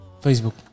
Facebook